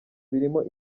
birimo